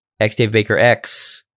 xDaveBakerX